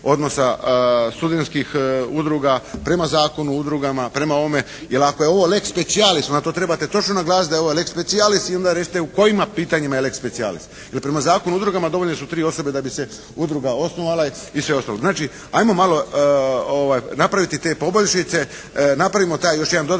odnosa studenskih udruga prema Zakonu o udrugama, prema ovome. Jer ako je ovo lex specialis onda to trebate točno naglasiti da je ovo lex specialis i onda reći u kojim pitanjima je lex specialis. Jer prema Zakonu o udrugama dovoljne su tri osobe da bi se udruga osnovala i sve ostalo. Znači ajmo malo napraviti te poboljšice. Napravimo još taj jedan dodatni